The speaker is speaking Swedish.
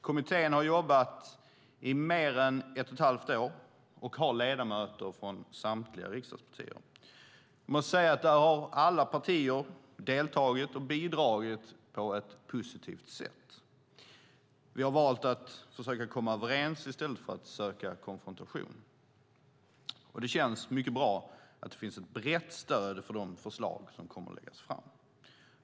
Kommittén har jobbat i mer än ett och ett halvt år och har ledamöter från samtliga riksdagspartier. Där har alla partier deltagit och bidragit på ett positivt sätt. Vi har valt att försöka komma överens i stället för att söka konfrontation. Det känns mycket bra att det finns ett brett stöd för de förslag som kommer att läggas fram.